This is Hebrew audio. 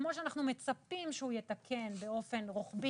כמו שאנחנו מצפים שהוא יתקן באופן רוחבי